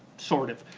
sort of,